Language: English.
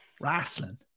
wrestling